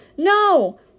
No